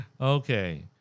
Okay